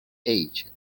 age